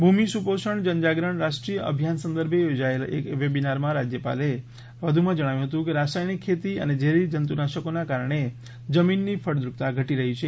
ભૂમિસુપોષણ જનજાગરણ રાષ્ટ્રીય અભિયાન સંદર્ભે યોજાયેલા એક વેબિનારમાં રાજ્યપાલ શ્રીએ વધુમાં જણાવ્યું હતું કે રાસાયણિક ખેતી અને ઝેરી જંતુનાશકોના કારણે જમીનની ફળદ્રુપતા ઘટી રહી છે